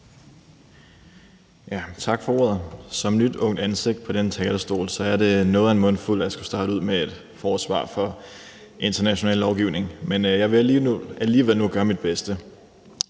Tak for ordet. Som nyt ungt ansigt på denne talerstol er det noget af en mundfuld at skulle starte ud med et forsvar for international lovgivning, men jeg vil nu alligevel gøre mit bedste.